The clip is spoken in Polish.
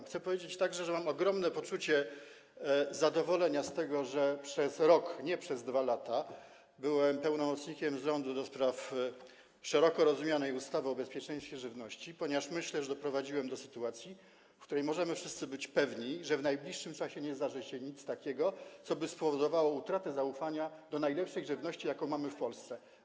Chcę także powiedzieć, że mam ogromne poczucie zadowolenia z tego powodu, że przez rok, nie przez 2 lata, byłem pełnomocnikiem rządu do spraw szeroko rozumianej ustawy o bezpieczeństwie żywności, ponieważ myślę, że doprowadziłem do sytuacji, w której wszyscy możemy być pewni, że w najbliższym czasie nie zdarzy się nic takiego, co spowodowałoby utratę zaufania do najlepszej żywności, jaką mamy w Polsce.